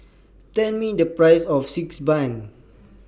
Tell Me The Price of Xi Ban